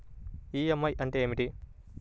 EMI అంటే ఏమిటి?